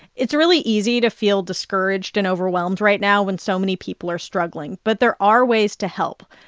it's really easy to feel discouraged and overwhelmed right now when so many people are struggling, but there are ways to help.